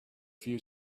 few